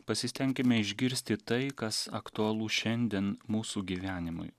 pasistenkime išgirsti tai kas aktualu šiandien mūsų gyvenimui